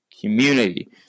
community